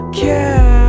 care